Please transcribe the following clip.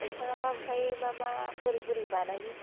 नोंथाङाबा ओमफ्रायो मा मा बोरै बोरै बानायो